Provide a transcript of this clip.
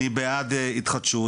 אני בעד התחדשות.